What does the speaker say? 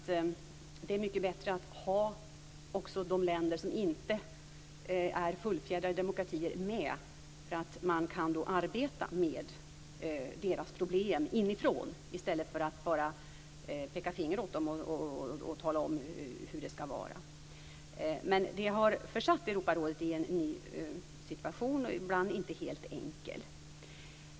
Det är mycket bättre att ha också de länder som inte är fullfjädrade demokratier med. Man kan då arbeta med deras problem inifrån, i stället för att peka finger åt dem och tala om hur det skall vara. Men det har försatt Europarådet i en ny situation som ibland inte är enkel.